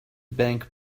bank